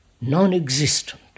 non-existent